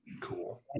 Cool